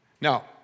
Now